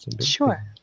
Sure